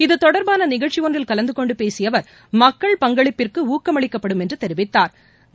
இது தொடர்பான நிகழ்ச்சி ஒன்றில் கலந்தகொண்டு பேசிய அவா் மக்கள் பங்களிப்பிற்கு ஊக்கமளிக்கப்படும் என்று தெரிவித்தாா்